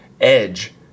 edge